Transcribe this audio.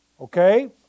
Okay